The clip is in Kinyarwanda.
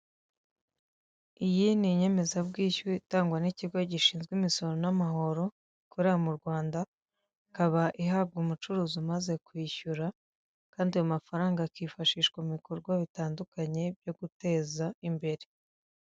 Iyi ni inyemeza bwishyu itangwa n'ikigo gishinzwe imisoro n'amahoro ikorera mu Rwanda, ikaba ihabwa umucuruzi umaze kwishyura kandi ayo mafaranga akifashishwa mu bikorwa bitandukanye byo guteza imbere.